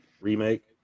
remake